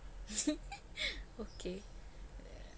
okay